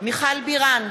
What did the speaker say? מיכל בירן,